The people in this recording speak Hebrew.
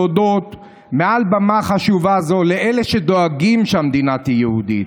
להודות מעל במה חשובה זו לאלה שדואגים שהמדינה תהיה יהודית,